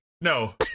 No